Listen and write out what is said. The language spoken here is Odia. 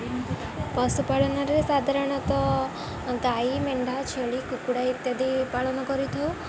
ପଶୁପାଳନରେ ସାଧାରଣତଃ ଗାଈ ମେଣ୍ଢା ଛେଳି କୁକୁଡ଼ା ଇତ୍ୟାଦି ପାଳନ କରିଥାଉ